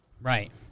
Right